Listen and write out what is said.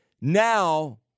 now